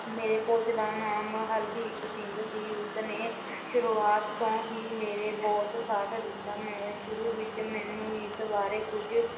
ਮੇਰੇ ਕੋਚ ਦਾ ਨਾਮ ਹਰਦੀਪ ਸਿੰਘ ਸੀ ਉਸ ਨੇ ਸ਼ੁਰੂਆਤ ਤੋਂ ਹੀ ਮੇਰਾ ਬਹੁਤ ਸਾਥ ਦਿੱਤਾ ਮੈਂ ਸ਼ੁਰੂ ਵਿੱਚ ਮੈਨੂੰ ਇਸ ਬਾਰੇ ਕੁਝ